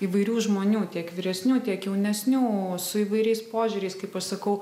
įvairių žmonių tiek vyresnių tiek jaunesnių su įvairiais požiūriais kaip aš sakau